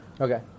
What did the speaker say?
Okay